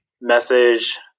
message